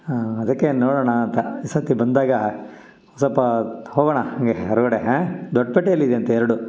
ಅದಕ್ಕೆ ನೋಡೋಣ ಅಂತ ಈ ಸರ್ತಿ ಬಂದಾಗ ಸ್ವಲ್ಪ ಹೋಗೋಣ ಹಿಂಗೆ ಹೊರಗಡೆ ಹಾಂ ದೊಡ್ಡಪೇಟೆಯಲ್ಲಿ ಇದೆ ಅಂತೆ ಎರಡು